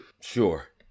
Sure